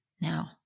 Now